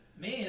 Man